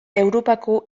europako